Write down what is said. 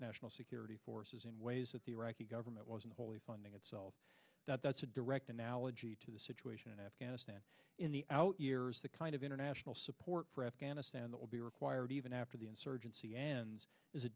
national security forces in ways that the iraqi government wasn't fully funding itself that that's a direct analogy to the situation in afghanistan in the out years that of international support for afghanistan that will be required even after the insurgency ends is a